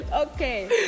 Okay